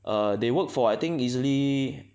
err they work for I think easily